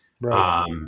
Right